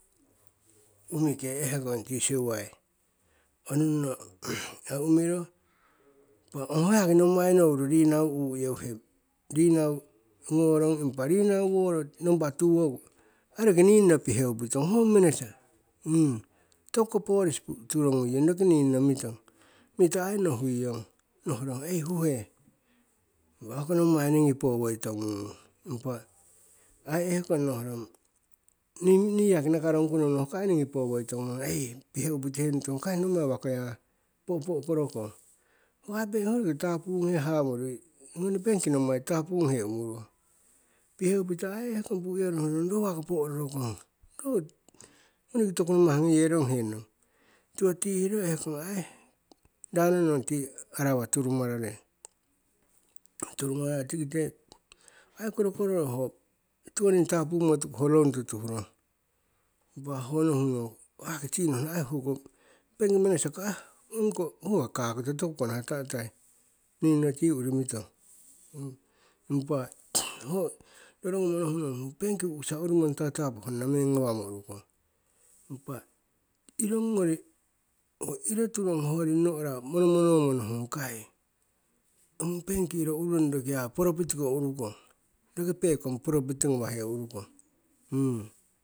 umike ehkong ti siuwai, onunno umiro. impa ongho yaki nommai nouru rinau uu'yeuhe rinau ngorong impa rinau woro nompa tuwoku ai roki ningno piheupitong ho manager tokuko police turongui yong roki ningno mitong. Mito ai nohuiyong nohrong ei huhe. impa hoko nommai ningi powoi tongugung. Impa ai ehkong nohrong nii nii yaki nakarongku nohun'ong hoko ai ningi powoi tongumong, ei piheu pitihenutong ong kai nommai wakoya po'po'koro kong, ho ai benki roki tapunghe hamorui ngoni bank nommai tapunghe hamorui umurong. Piheupito ai nohrong ro wako po'roro kong ro noniki toku namah ngeyeronghe nong, tiwo tihro ehkong ai rano nong ti arawa turumarare. Turumararo tikite ai korokoro ro ho ai tiwoning tapumo tuku ho loan tutuh rong. Impa ho nohuhnong tinohno ai hoko bank manager ko ai hoko kakoto toku nahah ta'tai ninno ti uri mitong. Impa ho rorongumo nohuh nong ong bank u'kisa urumong tatapu honna meng ngawamo urukong. Impa irong ngori ho iro turong hoyori no'ra monomonomo nohungong kai ong bank iro urukong roki ya profit ko urukong, roki pekong profit ngawahe urukong